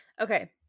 Okay